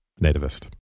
nativist